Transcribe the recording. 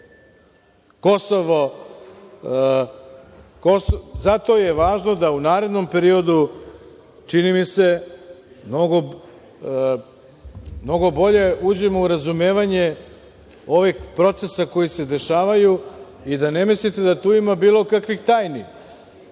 je važno da u narednom periodu, čini mi se, mnogo bolje uđemo u razumevanje ovih procesa koji se dešavaju i da ne mislite da tu ima bilo kakvih tajni.